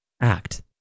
act